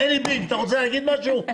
עלי בינג, אתה רוצה להגיד משהו?